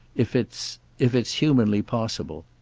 if it's if it's humanly possible.